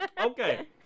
okay